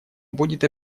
будет